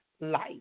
life